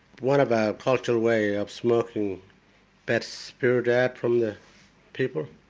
one of our cultural way of smoking bad spirit out from the people.